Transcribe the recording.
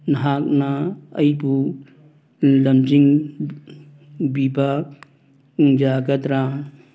ꯅꯍꯥꯛꯅ ꯑꯩꯕꯨ ꯂꯝꯖꯤꯡꯕꯤꯕ ꯌꯥꯒꯗ꯭ꯔꯥ